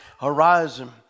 horizon